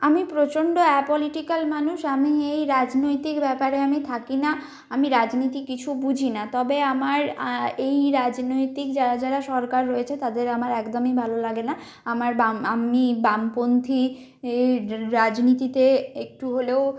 আমি প্রচণ্ড অ্যাপলিটিক্যাল মানুষ আমি এই রাজনৈতিক ব্যাপারে আমি থাকি না আমি রাজনীতি কিছু বুঝি না তবে আমার এই রাজনৈতিক যারা যারা সরকার রয়েছে তাদের আমার একদমই ভালো লাগে না আমার বাম আমি বামপন্থী ই রাজনীতিতে একটু হলেও